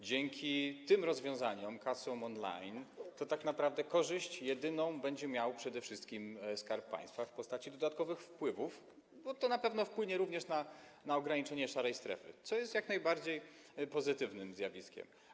Dzięki tym rozwiązaniom, kasom on-line, tak naprawdę jedyną korzyść odniesie przede wszystkim Skarb Państwa w postaci dodatkowych wpływów, bo na pewno wpłynie to również na ograniczenie szarej strefy, co jest jak najbardziej pozytywnym zjawiskiem.